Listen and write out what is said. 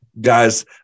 guys